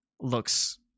looks